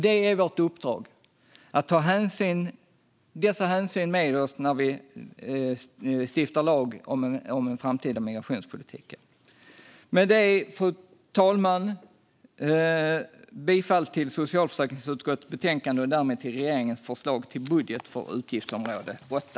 Det är vårt uppdrag att ta dessa hänsyn med oss när vi stiftar lag om den framtida migrationspolitiken. Med detta, fru talman, yrkar jag bifall till socialförsäkringsutskottets förslag i betänkandet och därmed till regeringens förslag till budget för utgiftsområde 8.